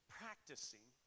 practicing